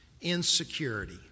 insecurity